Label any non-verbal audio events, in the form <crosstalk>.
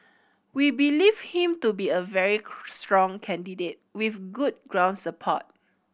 we believe him to be a very <unintelligible> strong candidate with good ground support